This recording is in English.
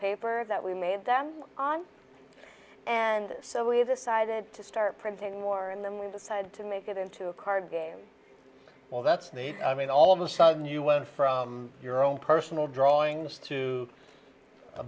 paper that we made them on and so we decided to start printing more and then we decided to make it into a card game well that's neat i mean all of a sudden you went from your own personal drawings to a